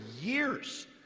years